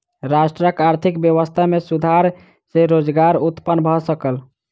राष्ट्रक आर्थिक व्यवस्था में सुधार सॅ रोजगार उत्पन्न भ सकल